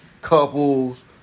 couples